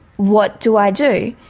what do i do?